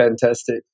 fantastic